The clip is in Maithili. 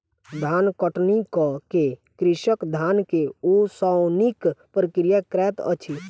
धान कटनी कअ के कृषक धान के ओसौनिक प्रक्रिया करैत अछि